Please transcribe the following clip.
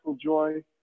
joy